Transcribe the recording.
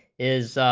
is